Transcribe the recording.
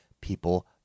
people